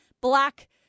black